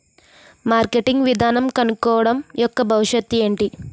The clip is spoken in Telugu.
మార్కెటింగ్ విధానం కనుక్కోవడం యెక్క భవిష్యత్ ఏంటి?